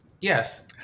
Yes